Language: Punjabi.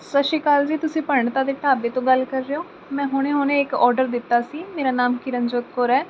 ਸਤਿ ਸ਼੍ਰੀ ਅਕਾਲ ਜੀ ਤੁਸੀਂ ਪੰਡਿਤਾਂ ਦੇ ਢਾਬੇ ਤੋਂ ਗੱਲ ਕਰ ਰਹੇ ਹੋ ਮੈਂ ਹੁਣੇ ਹੁਣੇ ਇੱਕ ਆਰਡਰ ਦਿੱਤਾ ਸੀ ਮੇਰਾ ਨਾਮ ਕਿਰਨਜੋਤ ਕੌਰ ਹੈ